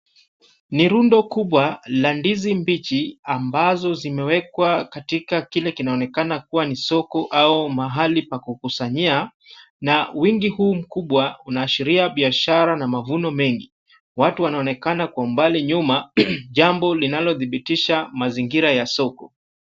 Ni rundo kubwa la ndizi mbichi ambazo zimewekwa katika kile kinaonekana kuwa ni soko au mahali pa kukusanyia na wingi huu mkubwa unaashiria biashara na mavuno mengi. Watu wanaonekana kwa mbali nyuma jambo linalodhibitisha mazingira ya soko.